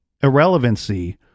irrelevancy